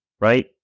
right